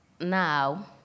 now